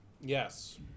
Yes